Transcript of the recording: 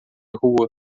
rua